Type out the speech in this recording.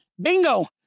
Bingo